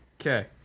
Okay